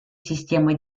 система